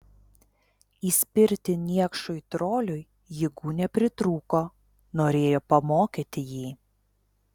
įspirti niekšui troliui jėgų nepritrūko norėjo pamokyti jį